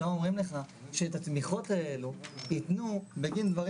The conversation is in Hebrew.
עכשיו אומרים לך שאת התמיכות האלה ייתנו בגין דברים